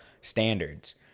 standards